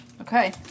Okay